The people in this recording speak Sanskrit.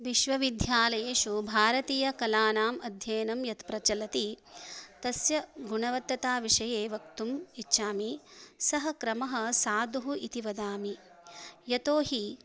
विश्वविद्यालयेषु भारतीयकलानाम् अध्ययनं यत् प्रचलति तस्य गुणवत्तता विषये वक्तुम् इच्छामि सः क्रमः साधुः इति वदामि यतोहि